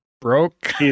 broke